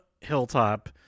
Hilltop